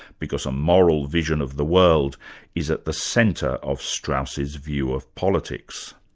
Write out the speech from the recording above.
because a moral vision of the world is at the centre of strauss's view of politics.